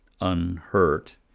unhurt